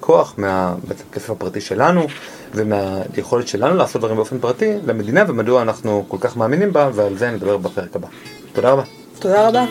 כוח מהכסף הפרטי שלנו ומהיכולת שלנו לעשות דברים באופן פרטי למדינה ומדוע אנחנו כל כך מאמינים בה ועל זה אני אדבר בפרק הבא תודה רבה תודה רבה.